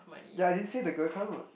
ya I didn't say the girl can't [what]